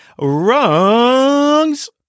wrongs